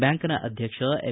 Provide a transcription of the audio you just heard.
ಬ್ಯಾಂಕ್ನ ಅಧ್ಯಕ್ಷ ಎಂ